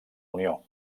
unió